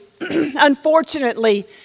unfortunately